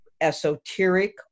esoteric